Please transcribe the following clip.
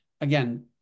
again